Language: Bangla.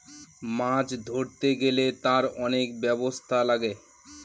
মাছ ধরতে গেলে তার অনেক ব্যবস্থা লাগে